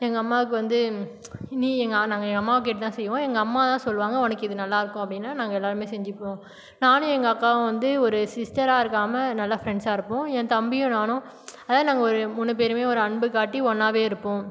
எங்கள் அம்மாக்கு வந்து நீ எங்கள் நாங்கள் எங்கள் அம்மாவை கேட்டு தான் செய்வோம் எங்கள் அம்மா தான் சொல்லுவாங்க உனக்கு இது நல்லாருக்கும் அப்படின்னு நாங்கள் எல்லாருமே செஞ்சுப்போம் நானும் எங்கள் அக்காவும் வந்து ஒரு சிஸ்டராக இருக்காமல் நல்ல ஃப்ரெண்ட்ஸாக இருப்போம் என் தம்பியும் நானும் அதாவது நாங்கள் ஒரு மூணு பேருமே ஒரு அன்பு காட்டி ஒன்றாவே இருப்போம்